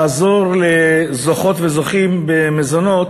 לעזור לזוכות וזוכים במזונות,